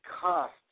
cost